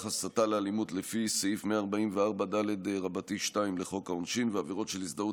הסתה לאלימות לפי סעיף 144ד2 לחוק העונשין ועבירות של הזדהות